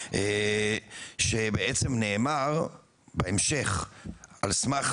שבעצם נאמר בהמשך על סמך